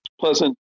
pleasant